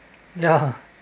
ya